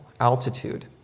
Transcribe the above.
altitude